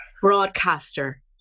broadcaster